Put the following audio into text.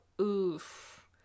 oof